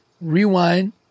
rewind